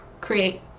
create